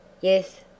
Yes